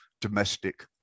domestic